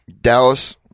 Dallas